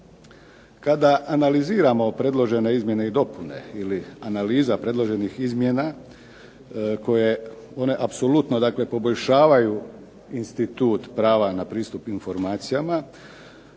Kada analiziramo predložene izmjene ili dopune ili analiza predloženih izmjena koje, one apsolutno dakle poboljšavaju institut prava na pristup informacijama